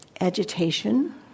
agitation